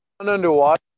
underwater